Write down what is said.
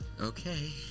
Okay